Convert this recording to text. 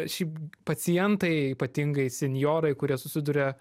šiaip pacientai ypatingai senjorai kurie susiduria